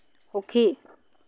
সুখী